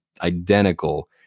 identical